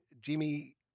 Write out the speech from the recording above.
Jimmy